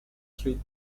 treat